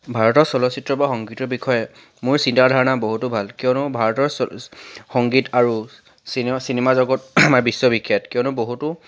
ভাৰতৰ চলচ্চিত্ৰ বা সংগীতৰ বিষয়ে মোৰ চিন্তা ধাৰণা বহুতো ভাল কিয়নো ভাৰতৰ চ সংগীত আৰু চিনেমা চিনেমা জগত আমাৰ বিশ্ববিখ্যাত কিয়নো বহুতো